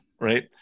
Right